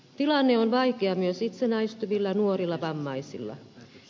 tilanne on vaikea myös itsenäistyvillä nuorilla vammaisilla